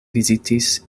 vizitis